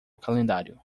calendário